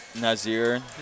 Nazir